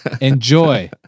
Enjoy